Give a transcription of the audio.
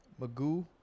Magoo